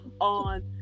on